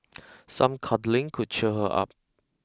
some cuddling could cheer her up